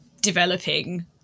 developing